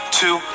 two